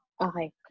Okay